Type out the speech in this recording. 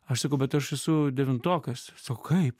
aš sakau bet aš esu devintokas sako kaip